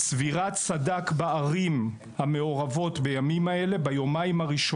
לגבי צבירת סד"כ בערים המעורבות ביומיים הראשונים